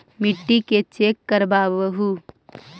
मिट्टीया के चेक करबाबहू?